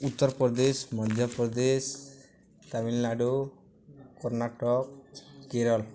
Uttar Pradesh Madhya Pradesh Tamil Nadu Karnataka Kerala